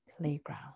playground